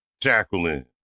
Jacqueline